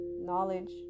knowledge